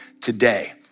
today